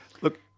Look